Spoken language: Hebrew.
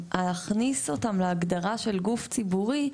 להכניס אותם להגדרה של גוף ציבורי,